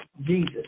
Jesus